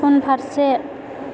उनफारसे